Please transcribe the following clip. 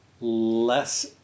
less